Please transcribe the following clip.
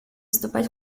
вступать